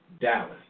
Dallas